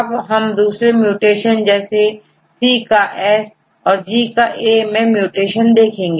अब हम दूसरे म्यूटेशन जैसेC काS औरG काA में म्यूटेशन देखेंगे